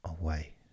away